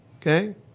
Okay